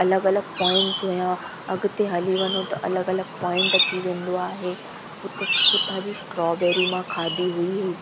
अलॻि अलॻि पॉइंटस हुआ अॻिते हली वञो त अलॻि अलॻि पॉइंट अची विया ईंदो आहे हुते हुतां जी स्ट्रॉबैरी मां खादी हुई